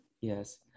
Yes